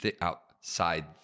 outside